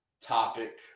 topic